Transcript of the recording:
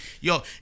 yo